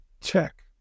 check